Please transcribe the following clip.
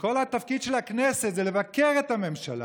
וכל התפקיד של הכנסת הוא לבקר את הממשלה,